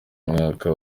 mwaka